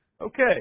Okay